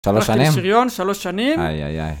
שלוש שנים. בשיריון. שלוש שנים. אי אי אי